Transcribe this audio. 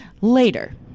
later